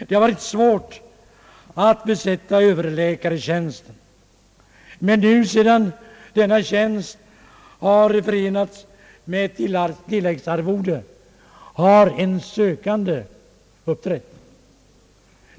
Det har varit svårt att besätta överläkartjänsten, men sedan denna tjänst nu har förenats med tilläggsarvode har en sökande uppträtt.